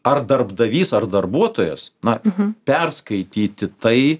ar darbdavys ar darbuotojas na perskaityti tai